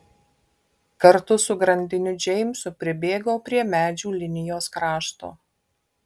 kartu su grandiniu džeimsu pribėgau prie medžių linijos krašto